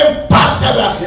Impossible